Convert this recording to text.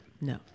No